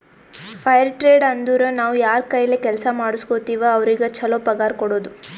fire trade ಅಂದುರ್ ನಾವ್ ಯಾರ್ ಕೈಲೆ ಕೆಲ್ಸಾ ಮಾಡುಸ್ಗೋತಿವ್ ಅವ್ರಿಗ ಛಲೋ ಪಗಾರ್ ಕೊಡೋದು